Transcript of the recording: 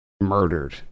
murdered